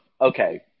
Okay